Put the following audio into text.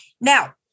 Now